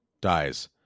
dies